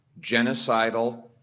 genocidal